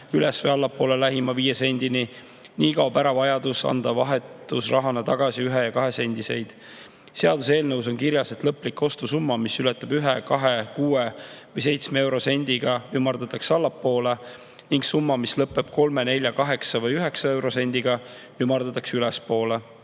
üles‑ või allapoole lähima viie sendini. Nii kaob ära vajadus anda vahetusrahana tagasi ühe‑ ja kahesendiseid. Seaduseelnõus on kirjas, et lõplik ostusumma, mis [lõpeb] ühe, kahe, kuue või seitsme eurosendiga, ümardatakse allapoole ning summa, mis lõpeb kolme, nelja, kaheksa või üheksa eurosendiga, ümardatakse ülespoole. Peamised